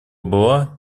была